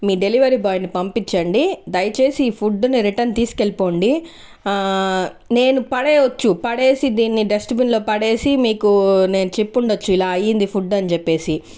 మీ delivery boy ని పంపించండి దయచేసి ఈ ఫుడ్ ని రిటర్న్ తీసుకెళ్ళిపోండి నేను పడేయొచ్చు పడేసి దీన్ని డస్ట్ బిన్ లో పడేసి మీకు నేను చెప్పుండొచ్చు ఇలా అయింది ఫుడ్ అని చెప్పేసి